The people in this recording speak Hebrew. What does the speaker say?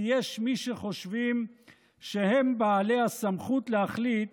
כי יש מי שחושבים שהם בעלי הסמכות להחליט